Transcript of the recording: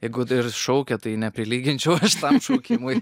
jeigu tai ir šaukia tai neprilyginčiau aš tam šaukimui